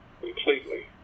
completely